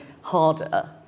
harder